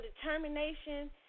determination